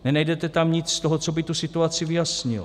Nenajdete tam nic z toho, co by tu situaci vyjasnilo.